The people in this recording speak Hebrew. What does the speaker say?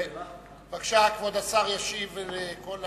בבקשה, כבוד השר ישיב לכל